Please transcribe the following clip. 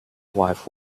wife